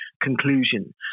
conclusion